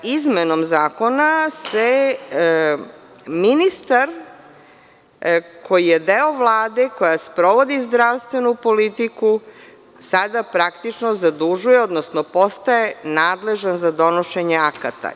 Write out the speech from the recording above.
Izmenom zakona se ministar, koji je deo Vlade koja sprovodi zdravstvenu politiku, sada praktično zadužuje, odnosno postaje nadležan za donošenje akata.